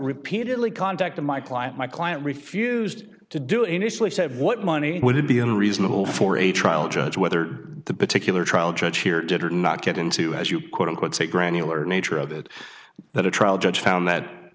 repeatedly contacted my client my client refused to do initially said what money would it be unreasonable for a trial judge whether the particular trial church here did or not get into as you quote unquote say granular nature of it that a trial judge found that